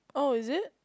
oh is it